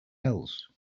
else